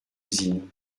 usine